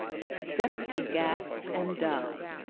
except to gasp and die.